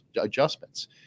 adjustments